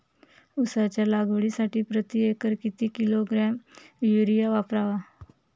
उसाच्या लागवडीसाठी प्रति एकर किती किलोग्रॅम युरिया वापरावा?